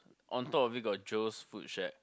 on top of it got Joe's food shack